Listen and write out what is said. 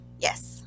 Yes